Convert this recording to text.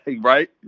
Right